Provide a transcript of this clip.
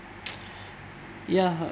ya